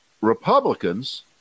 Republicans